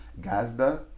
Gazda